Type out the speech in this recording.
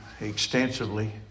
extensively